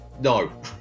no